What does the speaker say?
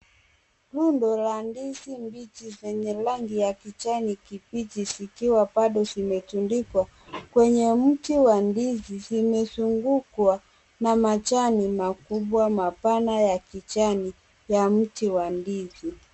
Rundo la ndizi mbichi zenye rangi ya kijani kibichi zikiwa bado zimetundikwa kwenye mti wa ndizi, zimezungukwa na majani makubwa mapana ya kijani ya mti wa ndizi.